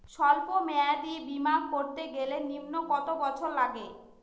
সল্প মেয়াদী বীমা করতে গেলে নিম্ন কত বছর লাগে?